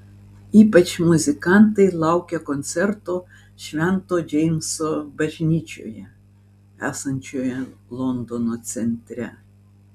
ypač muzikantai laukia koncerto švento džeimso bažnyčioje esančioje londono centre